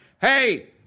Hey